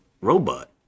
robot